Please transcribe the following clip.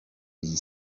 iyi